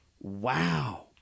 Wow